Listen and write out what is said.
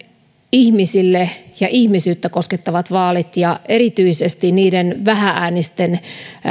ihmisten ja ihmisyyttä koskettavat vaalit ja erityisesti niiden vähä äänisten